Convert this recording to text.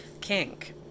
kink